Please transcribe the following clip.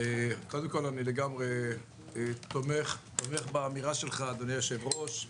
קודם כול אני לגמרי תומך באמירה שלך אדוני היושב-ראש.